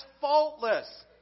faultless